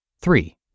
Three